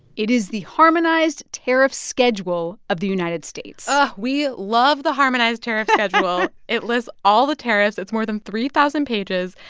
it is the harmonized tariff schedule of the united states we love the harmonized tariff schedule. it lists all the tariffs. it's more than three thousand pages.